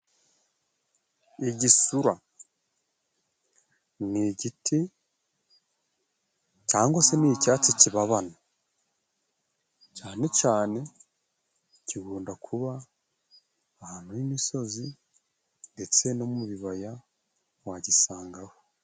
Igisura ni igiti cyangwa se ni icyatsi kibabana, cyane cyane gikunda kuba ahantu h'imisozi ndetse no mu bibaya wagisangaho.